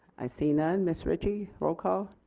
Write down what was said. i see none. ms. ritchie roll call.